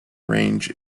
range